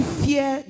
fear